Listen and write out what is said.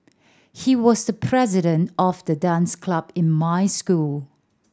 he was the president of the dance club in my school